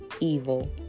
Evil